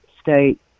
state